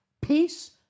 peace